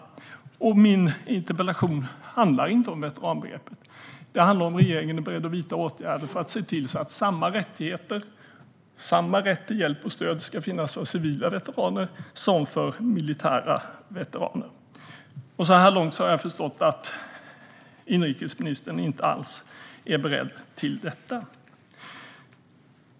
Min interpellation handlar inte om veteranbegreppet. Den handlar om huruvida regeringen är beredd att vidta åtgärder för att se till att samma rättigheter och samma rätt till hjälp och stöd ska finnas för civila veteraner som för militära veteraner. Så här långt har jag förstått att inrikesministern inte alls är beredd till detta.